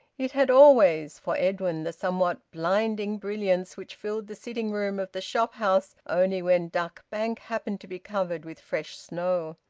it had always, for edwin, the somewhat blinding brilliance which filled the sitting-room of the shop-house only when duck bank happened to be covered with fresh snow.